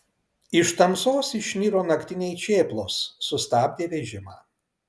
iš tamsos išniro naktiniai čėplos sustabdė vežimą